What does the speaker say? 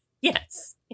Yes